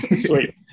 sweet